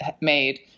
made